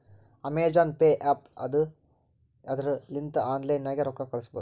Amazon Pay app ಅದಾ ಇದುರ್ ಲಿಂತ ಆನ್ಲೈನ್ ನಾಗೆ ರೊಕ್ಕಾ ಕಳುಸ್ಬೋದ